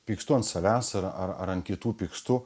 pykstu ant savęs ar ar ar ant kitų pykstu